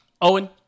Owen